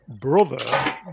brother